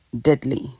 deadly